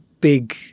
big